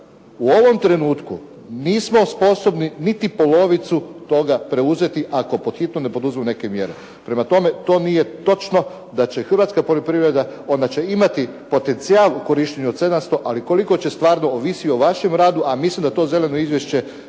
u ovom trenutku nismo sposobni niti polovicu toga preuzeti ako pod hitno ne poduzmemo neke mjere. Prema tome, to nije točno da će hrvatska poljoprivreda, ona će imati potencijal u korištenju od 700 ali koliko će stvarno ovisi o vašem radu a mislim da to zeleno izvješće